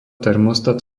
termostat